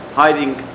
hiding